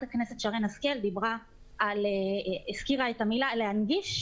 הכנסת שרן השכל הזכירה את המילה "להנגיש",